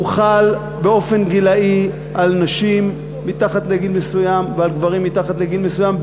הוא חל באופן גילאי על נשים מתחת לגיל מסוים ועל גברים מתחת לגיל מסוים,